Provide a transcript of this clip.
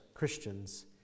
Christians